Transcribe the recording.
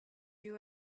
you